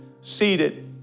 seated